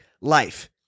life